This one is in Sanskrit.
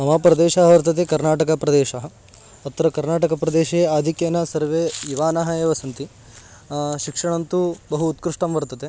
मम प्रदेशः वर्तते कर्नाटकप्रदेशः अत्र कर्नाटकप्रदेशे आधिक्येन सर्वे युवानः एव सन्ति शिक्षणं तु बहु उत्कृष्टं वर्तते